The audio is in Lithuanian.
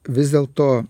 vis dėl to